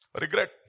Regret